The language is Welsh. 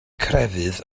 crefydd